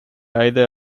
either